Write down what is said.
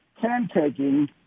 can-taking